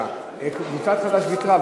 קבוצת חד"ש ויתרה,